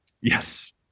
Yes